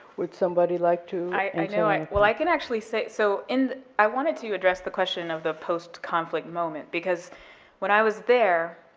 would somebody like to i know i, well, i can actually say, so in the, i wanted to address the question of the post-conflict moment, because when i was there,